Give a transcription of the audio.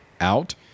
out